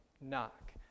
knock